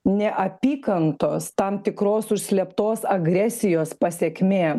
neapykantos tam tikros užslėptos agresijos pasekmė